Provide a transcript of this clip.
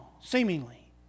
seemingly